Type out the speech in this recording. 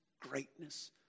greatness